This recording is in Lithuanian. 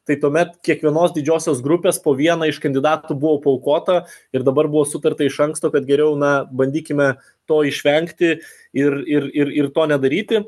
tai tuomet kiekvienos didžiosios grupės po vieną iš kandidatų buvo paaukota ir dabar buvo sutarta iš anksto kad geriau na bandykime to išvengti ir ir ir ir to nedaryti